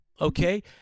okay